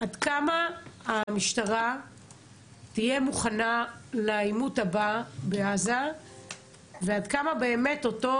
עד כמה המשטרה תהיה מוכנה לעימות הבא בעזה ועד כמה אותם